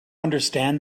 understand